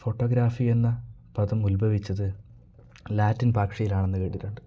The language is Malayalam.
ഫോട്ടോഗ്രാഫി എന്ന പദം ഉത്ഭവിച്ചത് ലാറ്റിൻ ഭാഷയിലാണെന്ന് കേട്ടിട്ടുണ്ട്